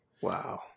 Wow